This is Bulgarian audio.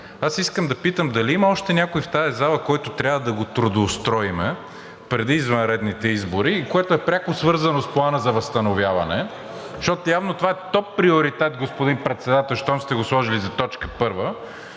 Искам да попитам дали има още някой в тази зала, който трябва да го трудоустроим преди извънредните избори и което е пряко свързано с Плана за възстановяване? Защото явно това е топ приоритет, господин Председател, щом сте го сложили за точка първа